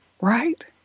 right